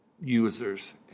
users